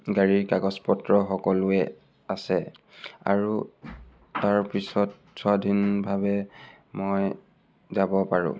গাড়ীৰ কাগজ পত্ৰ সকলোৱে আছে আৰু তাৰপিছত স্বাধীনভাৱে মই যাব পাৰোঁ